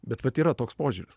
bet vat yra toks požiūris